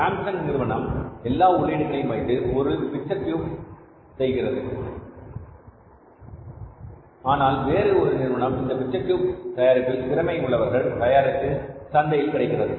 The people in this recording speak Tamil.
சாம்சங் நிறுவனம் எல்லா உள்ளீடுகளையும் வைத்து ஒரு பிக்சர் டியூப் செய்கிறது ஆனால் வேறு ஒரு நிறுவனம் இந்த பிக்சர் டியூப் தயாரிப்பில் திறமை உள்ளவர்கள் தயாரித்தது சந்தையில் கிடைக்கிறது